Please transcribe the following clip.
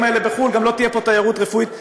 האלה בחו"ל גם לא תהיה פה תיירות רפואית.